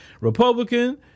Republican